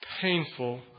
painful